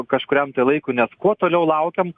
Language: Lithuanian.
kažkuriam tai laikui nes kuo toliau laukiam